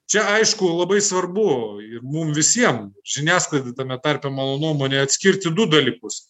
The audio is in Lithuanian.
čia aišku labai svarbu ir mum visiem žiniasklaidai tame tarpe mano nuomone atskirti du dalykus